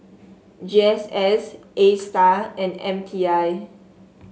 G S S Astar and M T I